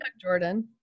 Jordan